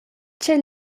tgei